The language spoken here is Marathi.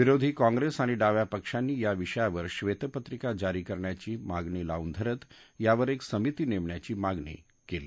विरोधी काँग्रेस आणि डाव्या पक्षांनी या विषयावर क्षेतपत्रिका जारी करण्याची मागणी लाऊन धरत यावर एक समिती नेमण्याची मागणी लाऊन धरली